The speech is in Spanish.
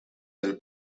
del